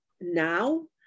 now